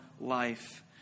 life